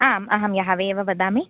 आम् अहं यहावि एव वदामि